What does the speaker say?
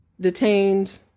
detained